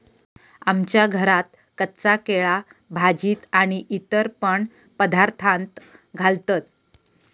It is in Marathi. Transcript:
आमच्या घरात कच्चा केळा भाजीत आणि इतर पण पदार्थांत घालतत